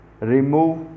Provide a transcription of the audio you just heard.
remove